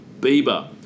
Bieber